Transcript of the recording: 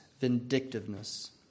vindictiveness